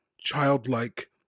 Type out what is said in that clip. childlike